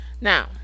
now